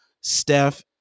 Steph